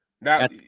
Now